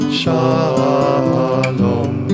shalom